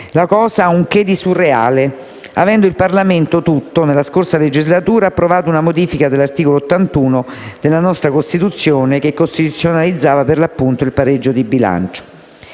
La cosa ha un che di surreale, avendo il Parlamento tutto, nella scorsa legislatura, approvato una modifica dell'articolo 81 della nostra Costituzione che costituzionalizzava, per l'appunto, il pareggio di bilancio.